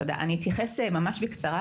אני אתייחס ממש בקצרה